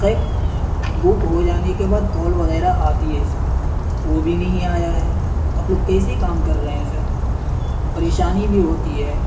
خیر بک ہو جانے کے بعد کال وغیرہ آتی ہے سر وہ بھی نہیں آیا ہے آپ لوگ کیسے کام کر رہے ہیں سر پریشانی بھی ہوتی ہے